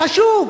חשוב.